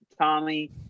Tommy